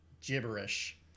gibberish